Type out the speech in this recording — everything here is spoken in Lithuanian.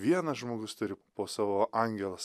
vienas žmogus turi po savo angelas